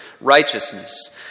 righteousness